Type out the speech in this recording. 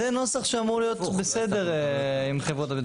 זה נוסח שאמור להיות בסדר עם חברות הביטוח.